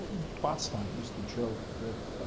botstein used to joke that